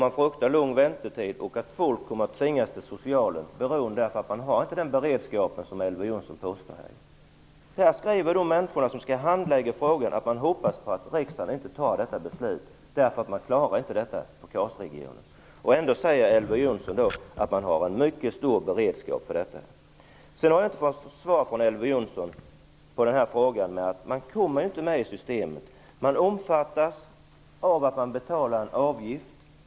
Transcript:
Man fruktar en lång väntetid och folk kommer att tvingas till socialen. Det beror på att den beredskap som Elver Jonsson påstår finns faktiskt inte finns. De människor som skall handlägga frågorna vill att riksdagen inte skall fatta beslutet. KAS-regionen klarar inte arbetet. Ändå säger Elver Jonsson att det finns en mycket stor beredskap. Jag har inte fått svar från Elver Jonsson på mina frågor om att komma med i systemet. Man omfattas av systemet genom att betala en avgift.